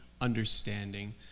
understanding